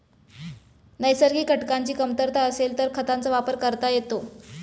नैसर्गिक घटकांची कमतरता असेल तर खतांचा वापर करता येतो